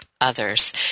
others